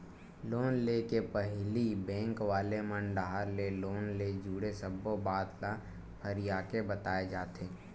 loan ले के पहिली बेंक वाले मन डाहर ले लोन ले जुड़े सब्बो बात ल फरियाके बताए जाथे